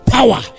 Power